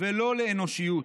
ולא לאנושיות.